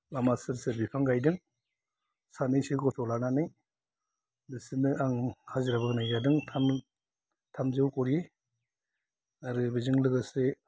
लामा सेर सेर बिफां गायदों सानैसो गथ' लानानै बिसोरनो आं हाजिराबो होनाय जादों थाम थामजौ करि आरो बेजों लोगोसे